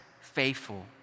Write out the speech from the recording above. faithful